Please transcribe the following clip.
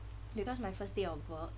because my first day of work